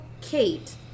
Kate